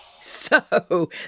So